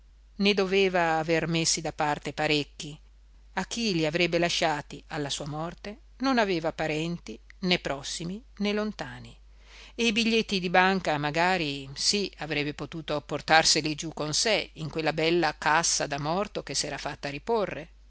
ne doveva aver messi da parte parecchi a chi li avrebbe lasciati alla sua morte non aveva parenti né prossimi né lontani e i biglietti di banca magari sì avrebbe potuto portarseli giù con sé in quella bella cassa da morto che s'era fatta riporre